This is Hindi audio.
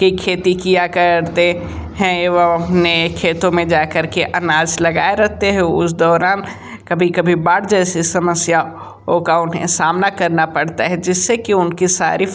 की खेती किया करते हैं एवं अपने खेतों में जा कर के अनाज लगाए रहते हैं उस दौरान कभी कभी बाढ़ जैसे समस्याओं का उन्हें सामना करना पड़ता है जिससे कि उनकी सारी